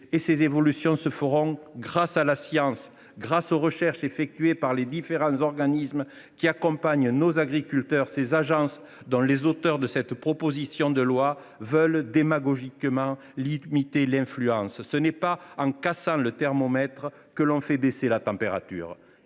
Ces évolutions se feront grâce à la science, grâce aux recherches menées par les différents organismes qui accompagnent nos agriculteurs et par les agences dont les auteurs de la présente proposition de loi veulent démagogiquement limiter l’influence. Ce n’est pas en cassant le thermomètre que l’on fait baisser la température